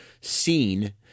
seen